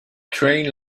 train